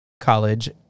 college